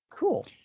Cool